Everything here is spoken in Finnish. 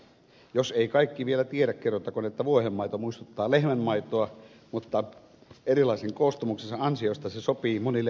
jos eivät kaikki vielä tiedä kerrottakoon että vuohenmaito muistuttaa lehmänmaitoa mutta erilaisen koostumuksensa ansiosta se sopii monille maitoallergisille